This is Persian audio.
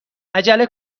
عجله